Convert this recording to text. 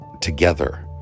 together